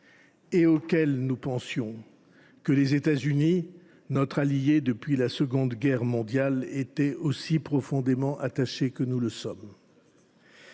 et auxquels nous pensions que les États Unis, notre allié depuis la Seconde Guerre mondiale, étaient aussi profondément attachés que nous le sommes.